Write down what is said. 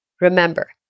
Remember